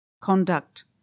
conduct